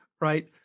right